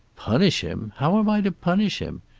punish him! how am i to punish him?